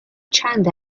چند